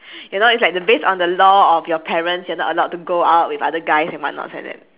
you know it's like the based on the law of your parents you're not allowed to go out with other guys and what nots like that